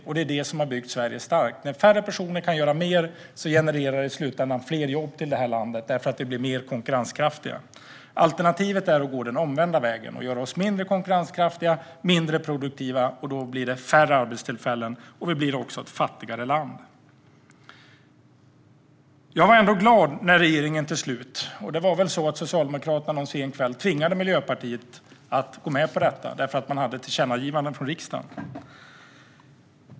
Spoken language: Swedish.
Och det är det som har byggt Sverige starkt. När färre personer kan göra mer genererar det i slutändan fler jobb i det här landet, då blir vi mer konkurrenskraftiga. Alternativet är att gå den omvända vägen och göra oss mindre konkurrenskraftiga och mindre produktiva. Då blir det färre arbetstillfällen, och vi blir också ett fattigare land. Jag blev glad när regeringen till slut gick med på detta. Det var väl så att Socialdemokraterna någon sen kväll tvingade Miljöpartiet till detta därför att man hade tillkännagivanden från riksdagen.